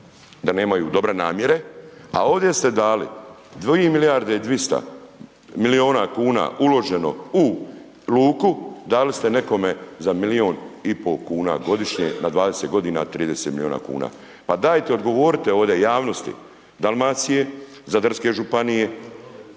da nemaju dobre namjere a ovdje ste dali 2 milijarde i 200 milijuna kuna uloženo u luku, dali ste nekome za milijun i pol kuna godišnje na 20 g. 30 milijuna kuna. Pa dajte odgovorite ovdje javnosti Dalmacije, zadarske županije